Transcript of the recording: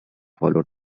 following